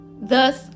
thus